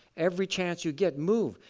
every chance you get, move,